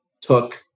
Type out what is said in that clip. took